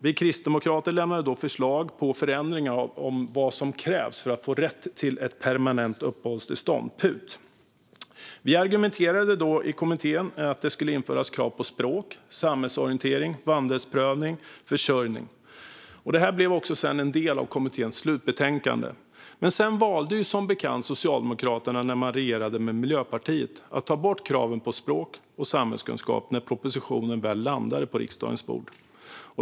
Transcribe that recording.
Vi kristdemokrater lämnade då förslag på förändringar av vad som krävs för att få rätt till permanent uppehållstillstånd, PUT. Vi argumenterade då i kommittén för att det skulle införas krav på språk, samhällsorientering, vandelsprövning och försörjning. Det blev också en del av kommitténs slutbetänkande. Men sedan valde ju som bekant Socialdemokraterna, när de regerade med Miljöpartiet, att ta bort kraven på språk och samhällskunskap när propositionen väl landade på riksdagens bord.